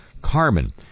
carbon